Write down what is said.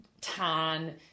tan